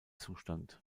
zustand